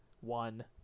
one